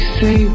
say